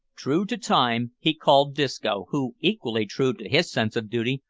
true to time, he called disco, who, equally true to his sense of duty,